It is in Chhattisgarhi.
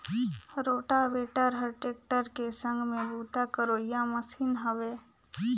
रोटावेटर हर टेक्टर के संघ में बूता करोइया मसीन हवे